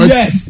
Yes